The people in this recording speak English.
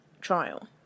trial